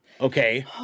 Okay